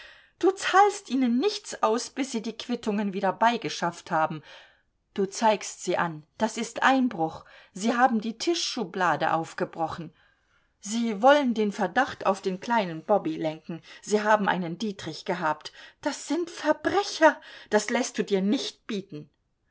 du zahlst ihnen nichts aus bis sie die quittungen wieder beigeschafft haben du zeigst sie an das ist einbruch sie haben die tischschublade aufgebrochen sie wollen den verdacht auf den kleinen bobby lenken sie haben einen dietrich gehabt das sind verbrecher das läßt du dir nicht bieten